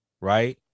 right